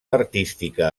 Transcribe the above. artística